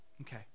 Okay